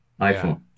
iPhone